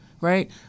right